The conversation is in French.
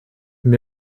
mais